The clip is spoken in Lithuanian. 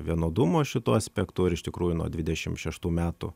vienodumo šituo aspektu ir iš tikrųjų nuo dvidešim šeštų metų